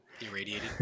irradiated